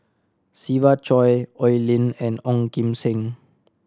Siva Choy Oi Lin and Ong Kim Seng